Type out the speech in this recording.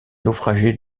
naufragés